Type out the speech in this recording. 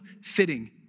fitting